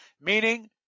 meaning